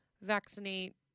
vaccinate